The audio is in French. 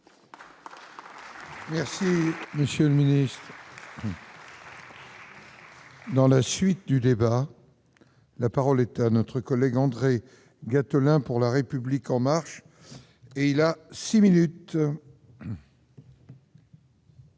Merci monsieur. Dans la suite du débat, la parole est à notre collègue André Gattolin pour la République en marche et il a 6 minutes. Minutes.